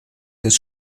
des